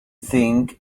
think